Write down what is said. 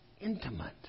intimate